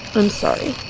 i'm sorry